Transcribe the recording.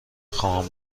خواهم